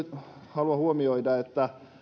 haluan huomioida että